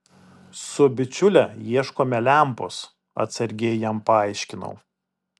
su bičiule ieškome lempos atsargiai jam paaiškinau